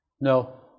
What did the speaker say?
No